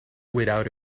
without